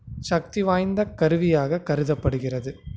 சக்தி வாய்ந்த கருவியாக கருதப்படுகிறது